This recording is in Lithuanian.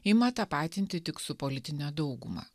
ima tapatinti tik su politine dauguma